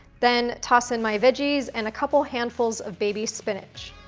then, toss in my veggies and a couple handfuls of baby spinach.